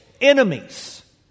enemies